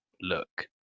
look